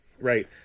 right